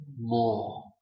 more